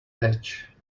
hedge